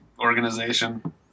organization